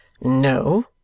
No